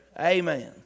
Amen